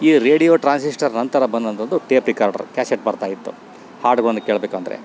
ಈ radio transistor ನಂತರ ಬಂದಂಥದ್ದು ಟೇಪ್ ರಿಕಾರ್ಡ್ರ್ ಕ್ಯಾಸೆಟ್ ಬರ್ತಾಯಿತ್ತು ಹಾಡುಗಳನ್ನು ಕೇಳಬೇಕು ಅಂದರೆ